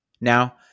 Now